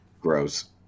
Gross